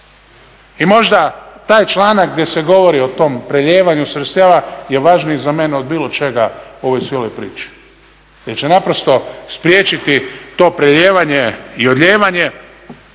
I možda taj članak gdje se govori o tom prelijevanju sredstava je važniji za mene od bilo čega u ovoj cijeloj priči. Jer će naprosto spriječiti to prelijevanje i odlijevanje.